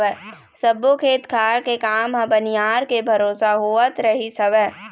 सब्बो खेत खार के काम ह बनिहार के भरोसा होवत रहिस हवय